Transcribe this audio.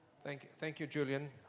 thank thank you, julian.